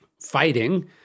fighting